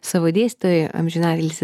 savo dėstytoją amžinatilsį